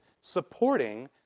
supporting